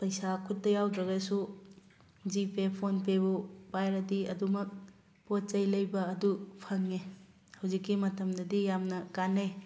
ꯄꯩꯁꯥ ꯈꯨꯠꯇ ꯌꯥꯎꯗ꯭ꯔꯒꯁꯨ ꯖꯤꯄꯦ ꯐꯣꯟ ꯄꯦꯕꯨ ꯄꯥꯏꯔꯗꯤ ꯑꯗꯨꯃꯛ ꯄꯣꯠ ꯆꯩ ꯂꯩꯕ ꯑꯗꯨ ꯐꯪꯉꯦ ꯍꯧꯖꯤꯛꯀꯤ ꯃꯇꯝꯗꯗꯤ ꯌꯥꯝꯅ ꯀꯥꯟꯅꯩ